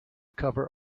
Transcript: cover